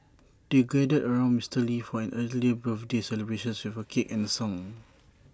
they gathered around Mister lee for an early birthday celebrations with A cake and A song